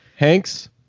Hanks